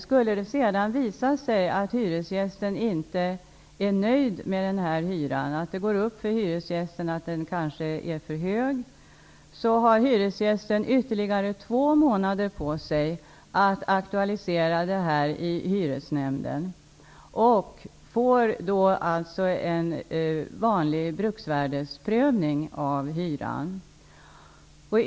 Skulle det sedan visa sig att hyresgästen inte är nöjd med hyran, att det går upp för hyresgästen att den kanske är för hög, har hyresgästen ytterligare två månader på sig att aktualisera frågan i Hyresnämnden. Då sker en vanlig bruksvärdesprövning av hyran.